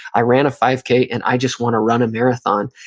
i ran a five k and i just want to run a marathon,